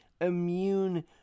Immune